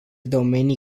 domenii